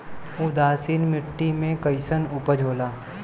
उदासीन मिट्टी में कईसन उपज होला?